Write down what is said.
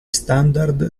standard